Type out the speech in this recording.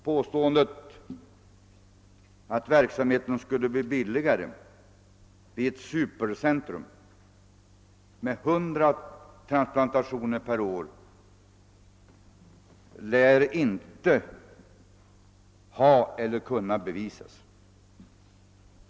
Påståendet att verksamheten skulle bli billigare vid ett >»supercentrum«, där 100 iransplantationer per år skulle utföras, lär inte ha kunnat bevisas.